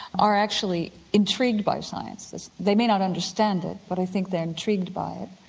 are actually intrigued by science. they may not understand it but i think they're intrigued by it.